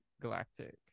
Galactic